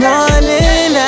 Morning